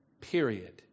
Period